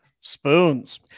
spoons